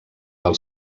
del